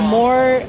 more